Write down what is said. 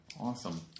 Awesome